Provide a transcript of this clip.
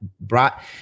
brought